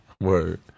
Word